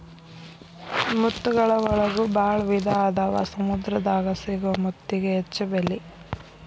ಮುತ್ತುಗಳ ಒಳಗು ಭಾಳ ವಿಧಾ ಅದಾವ ಸಮುದ್ರ ದಾಗ ಸಿಗು ಮುತ್ತಿಗೆ ಹೆಚ್ಚ ಬೆಲಿ